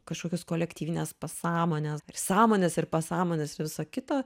kažkokios kolektyvinės pasąmonės sąmonės ir pasąmonės ir visa kita